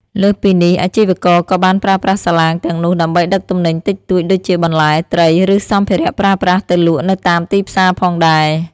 លើសពីនេះ អាជីវករក៏បានប្រើប្រាស់សាឡាងទាំងនោះដើម្បីដឹកទំនិញតិចតួចដូចជាបន្លែ ត្រី ឬសម្ភារៈប្រើប្រាស់ទៅលក់នៅតាមទីផ្សារផងដែរ។